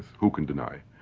who can deny